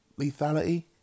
lethality